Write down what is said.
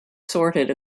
sorted